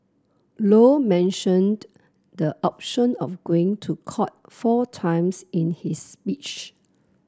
low mentioned the option of going to court four times in his speech